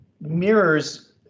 mirrors